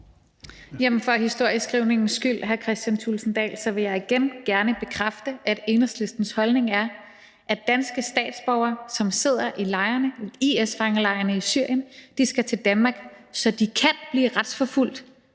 For historieskrivningens skyld vil jeg igen gerne bekræfte, at Enhedslistens holdning er, at danske statsborgere, som sidder i IS-fangelejrene i Syrien, skal til Danmark, så de kan blive retsforfulgt